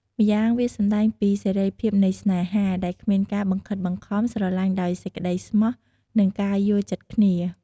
ម្យ៉ាងវាសម្ដែងពីសេរីភាពនៃស្នេហា ដែលគ្មានការបង្ខិតបង្ខំ ស្រលាញ់ដោយសេចក្តីស្មោះ និងការយល់ចិត្តគ្នា។